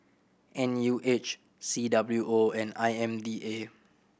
N U H C W O and I M D A